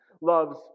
loves